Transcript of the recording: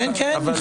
כן, כן.